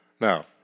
Now